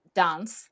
dance